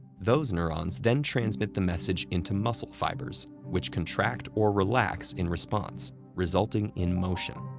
those neurons then transmit the message into muscle fibers, which contract or relax in response, resulting in motion.